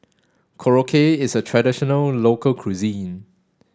Korokke is a traditional local cuisine